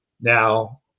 Now